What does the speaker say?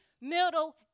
middle